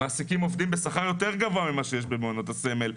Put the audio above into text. מעסיקים עובדים בשכר יותר גבוה מכפי שמשולם במעונות הסמל,